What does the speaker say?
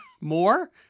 More